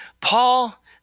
Paul